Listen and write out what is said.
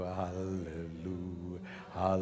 hallelujah